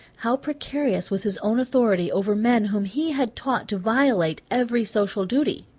how precarious was his own authority over men whom he had taught to violate every social duty!